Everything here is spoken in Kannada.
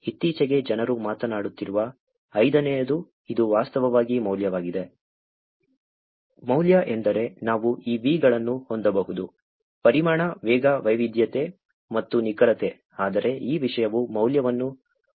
ಇತ್ತೀಚೆಗೆ ಜನರು ಮಾತನಾಡುತ್ತಿರುವ ಐದನೆಯದು ಇದು ವಾಸ್ತವವಾಗಿ ಮೌಲ್ಯವಾಗಿದೆ ಮೌಲ್ಯ ಎಂದರೆ ನಾವು ಈ V ಗಳನ್ನು ಹೊಂದಬಹುದು ಪರಿಮಾಣ ವೇಗ ವೈವಿಧ್ಯತೆ ಮತ್ತು ನಿಖರತೆ ಆದರೆ ಈ ವಿಷಯವು ಮೌಲ್ಯವನ್ನು ಹೊಂದಿಲ್ಲದಿದ್ದರೆ ಅದು ಯಾವುದೇ ಅರ್ಥವಿಲ್ಲ